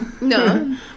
No